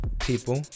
People